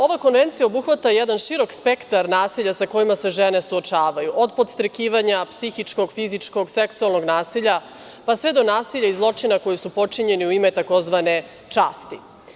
Ova konvencija obuhvata jedan širok spektar nasilja sa kojima se žene suočavaju od podstrakivanja, psihičkog, fizičkog, seksualnog nasilja pa sve do nasilja i zločina koji su počinjeni u ime tzv. časti.